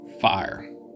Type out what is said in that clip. fire